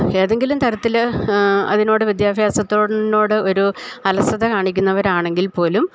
ഏതെങ്കിലും തരത്തില് അതിനോട് വിദ്യാഭ്യാസത്തിനോട് ഒരു അലസത കാണിക്കുന്നവരാണെങ്കിൽപ്പോലും